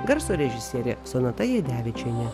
garso režisierė sonata jadevičienė